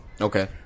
okay